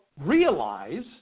realize